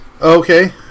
Okay